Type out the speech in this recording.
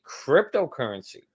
cryptocurrency